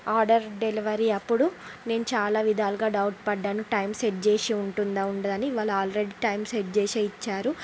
order delivery అప్పుడు నేను చాలా విధాలుగా డౌట్ పడ్డాను టైం సెట్ చేసి ఉంటుందా ఉండదా అని వాళ్ళు ఆల్రెడీ టైం సెట్ చేసే ఇచ్చారు